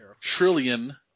trillion